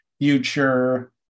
future